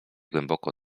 głęboko